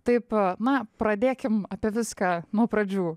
taip na pradėkim apie viską nuo pradžių